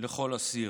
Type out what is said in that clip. לכל אסיר.